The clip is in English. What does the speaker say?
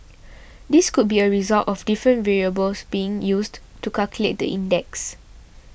this could be a result of different variables being used to calculate the index